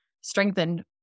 strengthened